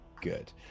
good